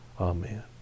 Amen